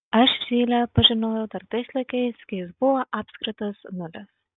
aš zylę pažinojau dar tais laikais kai jis buvo apskritas nulis